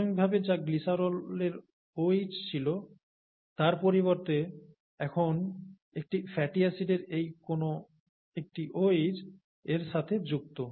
প্রাথমিকভাবে যা গ্লিসারলের OH ছিল তার পরিবর্তে এখন একটি ফ্যাটি অ্যাসিড এই কোনও একটি OH এর সাথে যুক্ত